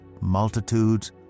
Multitudes